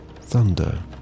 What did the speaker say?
thunder